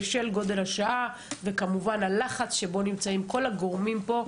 בשל גודל השעה ובשל הלחץ שנמצאים כל הגורמים פה,